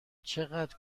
چقدر